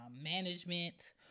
management